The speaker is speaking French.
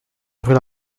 ouvrir